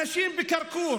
אנשים בכרכור